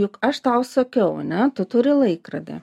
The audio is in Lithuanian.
juk aš tau sakiau ane tu turi laikrodį